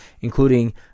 including